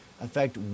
affect